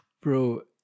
Bro